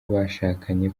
bashakanye